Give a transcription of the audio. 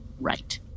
right